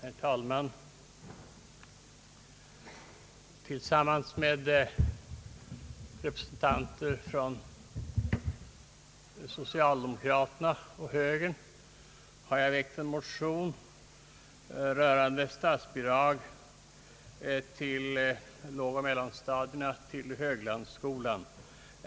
Herr talman! Tillsammans med representanter för socialdemokraterna och moderata samlingspartiet har jag väckt en motion rörande statsbidrag till lågoch mellanstadierna vid Höglandsskolan.